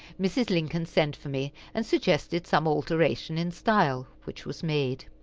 mrs. lincoln sent for me, and suggested some alteration in style, which was made.